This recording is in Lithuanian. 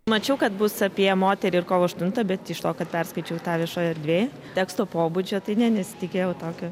mačiau kad bus apie moterį kol aštuntą bet iš to kad perskaičiau tą viešoje erdvėje teksto pobūdžio tai nė nesitikėjau tokio